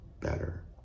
better